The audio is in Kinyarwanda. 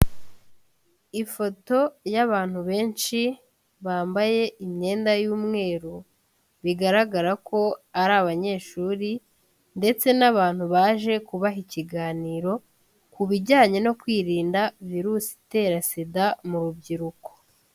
Ifoto y'abantu benshi bambaye imyenda y'umweru, bigaragara ko ari abanyeshuri ndetse n'abantu baje kubaha ikiganiro, ku bijyanye no kwirinda virusi itera SIDA mu rubyiruko.